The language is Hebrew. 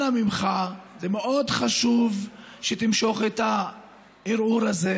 אנא ממך, זה מאוד חשוב שתמשוך את הערעור הזה,